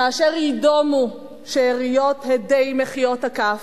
כאשר יידומו שאריות הדי מחיאות הכף,